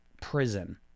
prison